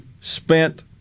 spent